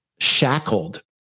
shackled